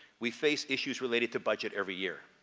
we face issues related to budget every year.